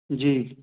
जी